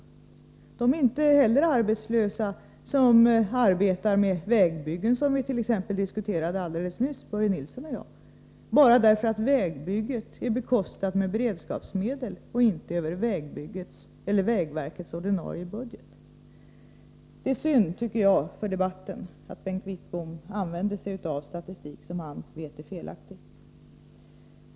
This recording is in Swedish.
Arbetslösa är inte heller de som arbetar med vägbyggen — som Börje Nilsson och jag diskuterade alldeles nyss — bara därför att vägbygget är bekostat med beredskapsmedel och inte över vägverkets ordinarie budget. Det är synd, tycker jag, med hänsyn till debatten att Bengt Wittbom använder statistik som han vet är felaktig.